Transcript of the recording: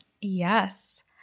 Yes